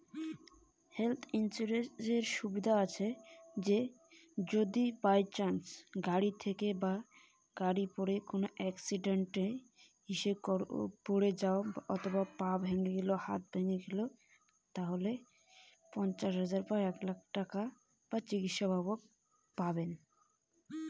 Health insurance এ কি কি সুবিধা আছে?